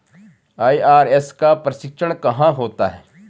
IRS का प्रशिक्षण कहाँ होता है?